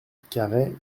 carhaix